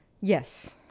Yes